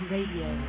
Radio